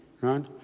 Right